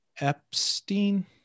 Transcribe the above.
Epstein